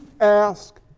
ask